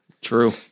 True